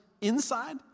inside